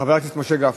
חבר הכנסת משה גפני.